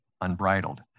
unbridled